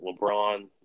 LeBron